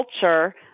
culture